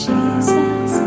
Jesus